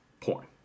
porn